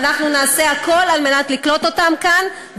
ואנחנו נעשה הכול כדי לקלוט אותם כאן,